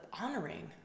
honoring